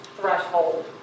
threshold